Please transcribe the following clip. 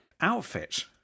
outfit